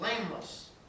blameless